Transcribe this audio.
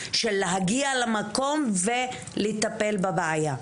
של להגיע למקום ולטפל בבעיה.